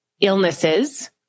illnesses